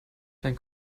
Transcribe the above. dein